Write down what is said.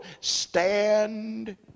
stand